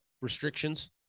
restrictions